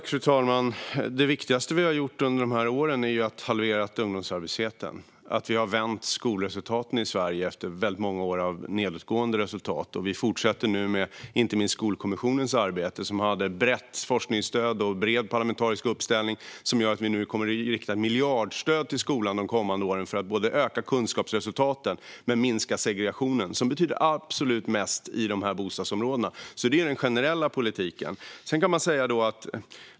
Fru talman! Det viktigaste vi har gjort under dessa år är att halvera ungdomsarbetslösheten och vända skolresultaten i Sverige efter många år med nedåtgående resultat. Vi fortsätter nu med Skolkommissionens arbete, som har ett brett forskningsstöd och en bred parlamentarisk uppställning som gör att vi kommer att rikta miljardstöd till skolan de kommande åren för att både öka kunskapsresultaten och minska segregationen, vilket betyder absolut mest i dessa bostadsområden. Det är den generella politiken.